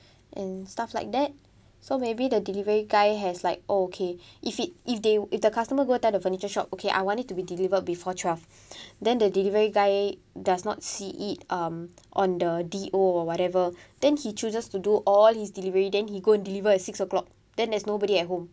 and stuff like that so maybe the delivery guy has like oh okay if it if they if the customer go tell the furniture shop okay I want it to be delivered before twelve then the delivery guy does not see it um on the D_O or whatever then he chooses to do all his delivery then he go and deliver at six o'clock then there's nobody at home